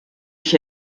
ich